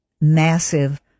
massive